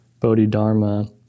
Bodhidharma